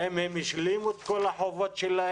האם הם השלימו את כל החובות שלהם?